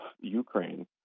Ukraine